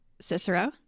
Cicero